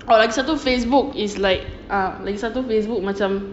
oh lagi satu facebook is like err lagi satu facebook macam